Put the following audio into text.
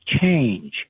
change